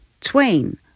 Twain